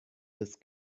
this